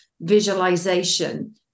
visualization